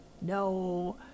No